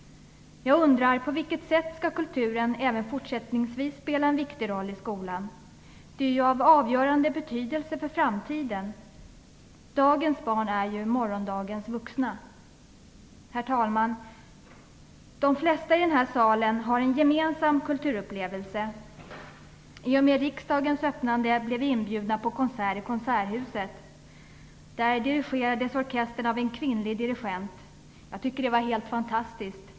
Jag undrar på vilket sätt kulturen även fortsättningsvis skall spela en viktig roll i skolan. Det är av avgörande betydelse för framtiden. Dagens barn är ju morgondagens vuxna. Herr talman! De flesta i den här salen har en gemensam kulturupplevelse. I samband med riksmötets öppnande blev vi inbjudna till en konsert i Konserthuset. Där dirigerades orkestern av en kvinnlig dirigent. Jag tycker att det var helt fantastiskt.